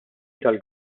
tal